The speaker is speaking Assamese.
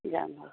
যাম